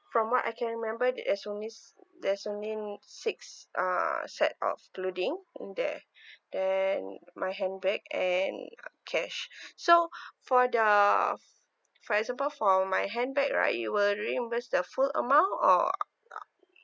from what I can remember there's only there's only six uh set of clothing in there then my handbag and cash so for the for example for my handbag right you will reimburse the full amount or